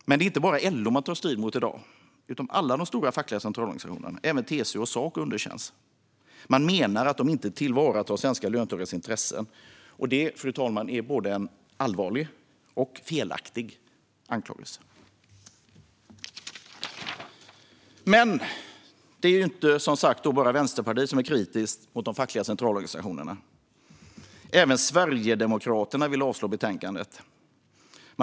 Men det är inte bara LO man tar strid mot i dag utan alla de stora fackliga centralorganisationerna, även TCO och Saco underkänns. Man menar att de inte tillvaratar svenska löntagares intressen. Det är både en allvarlig och felaktig anklagelse, fru talman. Men det är inte bara Vänsterpartiet som är kritiskt mot de fackliga centralorganisationerna. Även Sverigedemokraterna vill avslå utskottets förslag i betänkandet.